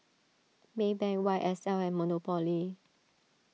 Maybank Y S L and Monopoly